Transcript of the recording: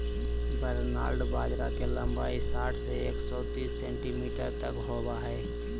barnyard बाजरा के लंबाई साठ से एक सो तिस सेंटीमीटर तक होबा हइ